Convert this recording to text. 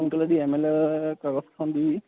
সোনকালে দি এম এল এক কাগজখন দি